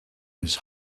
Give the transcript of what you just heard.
his